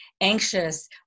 anxious